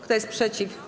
Kto jest przeciw?